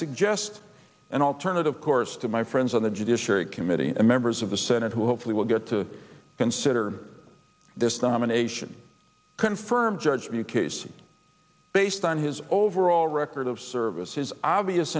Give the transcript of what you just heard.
suggest an alternative course to my friends on the judiciary committee and members of the senate who hopefully will get to consider this nomination confirmed judge of your case based on his overall record of service his obvious